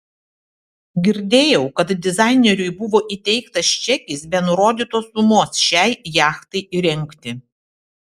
girdėjau kad dizaineriui buvo įteiktas čekis be nurodytos sumos šiai jachtai įrengti